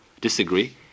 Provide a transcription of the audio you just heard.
disagree